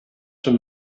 schon